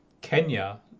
Kenya